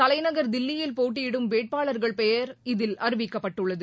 தலைநகர் தில்லியில் போட்டியிடும் வேட்பாளர்கள் பெயர் இதில் அறிவிக்கப்பட்டுள்ளது